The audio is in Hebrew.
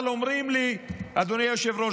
אבל אומרים לי החבר'ה הצעירים: אדוני היושב-ראש,